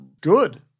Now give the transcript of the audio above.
Good